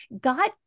God